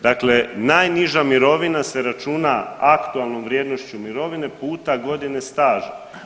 Dakle najniža mirovina se računa aktualnom vrijednošću mirovine puta godine staža.